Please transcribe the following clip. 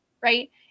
right